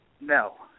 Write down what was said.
No